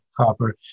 copper